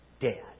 dead